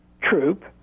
troop